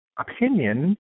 Opinion